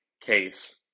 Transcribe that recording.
case